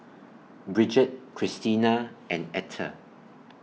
Brigette Cristina and Ether